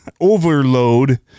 Overload